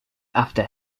after